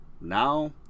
now